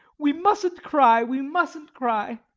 we mustn't cry, we mustn't cry.